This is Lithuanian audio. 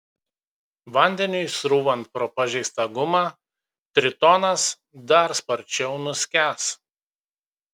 vandeniui srūvant pro pažeistą gumą tritonas dar sparčiau nuskęs